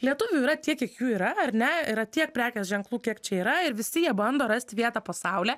lietuvių yra tiek kiek jų yra ar ne yra tiek prekės ženklų kiek čia yra ir visi jie bando rast vietą po saule